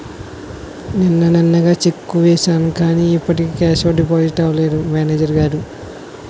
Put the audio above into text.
నిన్ననగా చెక్కు వేసాను కానీ ఇప్పటికి కేషు డిపాజిట్ అవలేదు మేనేజరు గారు